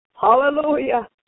Hallelujah